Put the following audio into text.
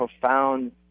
profound